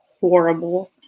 horrible